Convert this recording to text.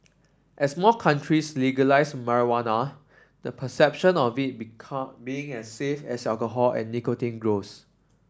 as more countries legalise marijuana the perception of it being as safe as alcohol and nicotine grows